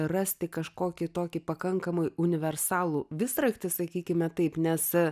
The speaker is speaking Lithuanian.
rasti kažkokį tokį pakankamai universalų visraktį sakykime taip nes